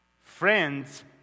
Friends